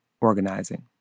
organizing